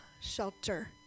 shelter